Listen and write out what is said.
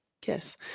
kiss